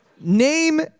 Name